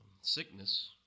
sickness